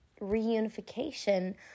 reunification